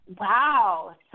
Wow